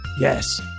yes